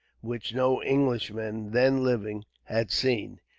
which no englishman then living had seen.